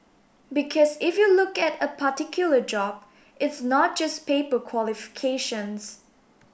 because if you look at a particular job it's not just paper qualifications